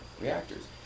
reactors